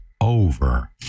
over